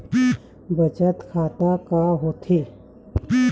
बचत खाता का होथे?